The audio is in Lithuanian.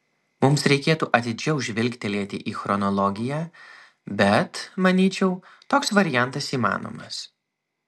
mums reikėtų atidžiau žvilgtelėti į chronologiją bet manyčiau toks variantas įmanomas